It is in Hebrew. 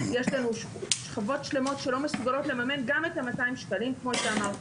יש לנו שכבות שלמות שלא מסוגלות לממן גם את ה- 200 ש"ח כמו שאמרת,